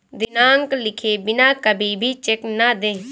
दिनांक लिखे बिना कभी भी चेक न दें